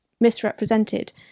misrepresented